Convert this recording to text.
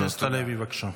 חבר הכנסת הלוי, בבקשה.